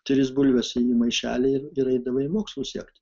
tris bulves į maišelį ir ir eidavai mokslų siekt